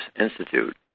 Institute